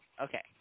Okay